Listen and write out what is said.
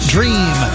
Dream